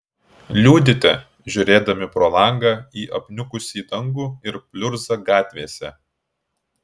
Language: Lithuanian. liūdite žiūrėdami pro langą į apniukusį dangų ir pliurzą gatvėse